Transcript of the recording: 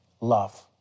love